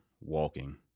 walking